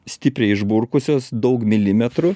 stipriai išburkusios daug milimetrų